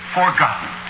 forgotten